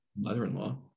mother-in-law